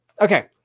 Okay